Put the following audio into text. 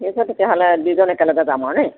ঠিক আছে তেতিয়াহ'লে দুইজন একেলগে যাম আৰু দেই